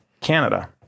Canada